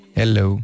Hello